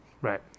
Right